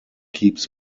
keeps